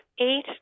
eight